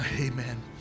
Amen